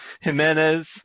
Jimenez